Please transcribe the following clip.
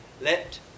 Let